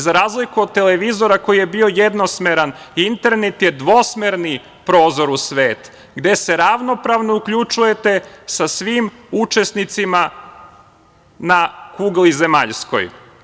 Za razliku od televizora koji je bio jednosmeran, internet je dvosmerni prozor u svet gde se ravnopravno uključujete sa svim učesnicima na kugli zemaljskoj.